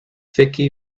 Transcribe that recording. vicky